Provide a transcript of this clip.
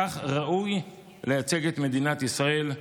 כך ראוי לייצג את מדינת ישראל.